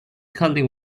cuddling